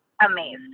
amazed